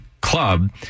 club